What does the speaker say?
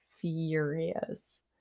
furious